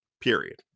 period